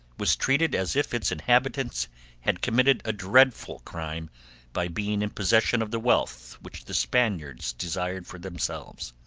was treated as if its inhabitants had committed a dreadful crime by being in possession of the wealth which the spaniards desired for themselves.